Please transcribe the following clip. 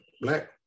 Black